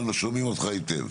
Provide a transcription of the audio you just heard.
אבל שומעים אותך היטב.